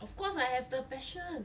of course I have the passion